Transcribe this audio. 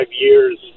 years